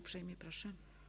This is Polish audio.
Uprzejmie proszę.